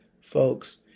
folks